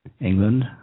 England